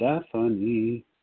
Stephanie